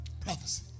prophecy